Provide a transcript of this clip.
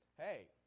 hey